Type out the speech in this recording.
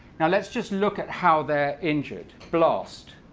now let's just look at how they're injured blast.